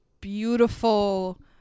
beautiful